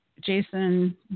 Jason